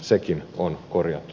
sekin on korjattu